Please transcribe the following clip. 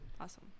awesome